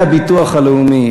והביטוח הלאומי,